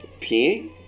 peeing